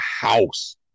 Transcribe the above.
house